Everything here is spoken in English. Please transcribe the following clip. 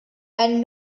and